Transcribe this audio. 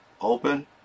open